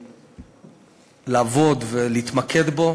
לעבוד ולהתמקד בו,